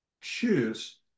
choose